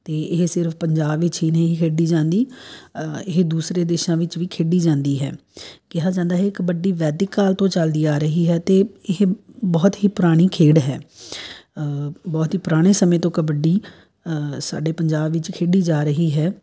ਅਤੇ ਇਹ ਸਿਰਫ਼ ਪੰਜਾਬ ਵਿਚ ਹੀ ਨਹੀਂ ਖੇਡੀ ਜਾਂਦੀ ਇਹ ਦੂਸਰੇ ਦੇਸ਼ਾਂ ਵਿੱਚ ਵੀ ਖੇਡੀ ਜਾਂਦੀ ਹੈ ਕਿਹਾ ਜਾਂਦਾ ਹੈ ਕਬੱਡੀ ਵੈਦਿਕ ਕਾਲ ਤੋਂ ਚੱਲਦੀ ਆ ਰਹੀ ਹੈ ਅਤੇ ਇਹ ਬਹੁਤ ਹੀ ਪੁਰਾਣੀ ਖੇਡ ਹੈ ਬਹੁਤ ਹੀ ਪੁਰਾਣੇ ਸਮੇਂ ਤੋਂ ਕਬੱਡੀ ਸਾਡੇ ਪੰਜਾਬ ਵਿੱਚ ਖੇਡੀ ਜਾ ਰਹੀ ਹੈ